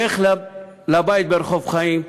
לך לבית ברחוב חיים,